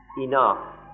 enough